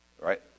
Right